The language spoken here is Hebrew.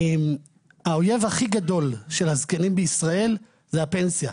האויב הכי גדול של הזקנים בישראל זה הפנסיה,